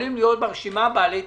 יכולים להיות ברשימה בעלי תפקידים.